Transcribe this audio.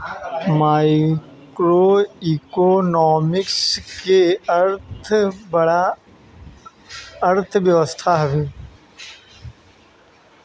macroeconomics के अर्थ बड़ अर्थव्यवस्था हवे